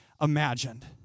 imagined